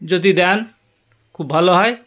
যদি দেন খুব ভালো হয়